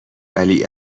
علی